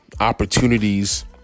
opportunities